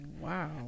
Wow